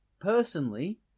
Personally